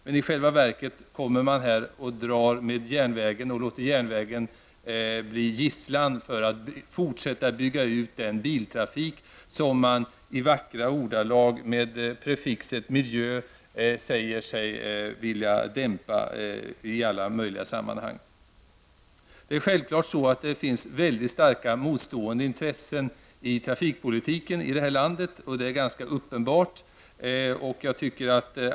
Men i själva verket låter man järnvägen bli gisslan för att man skall kunna fortsätta att bygga ut den biltrafik som man i vackra ordalag med ''prefixet'' miljö säger sig vilja dämpa i alla möjliga sammanhang. Det finns självfallet mycket starka motstående intressen i trafikpolitiken här i landet.